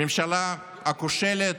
הממשלה הכושלת,